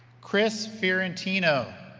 chris fiorentino,